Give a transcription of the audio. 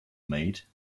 made